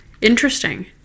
interesting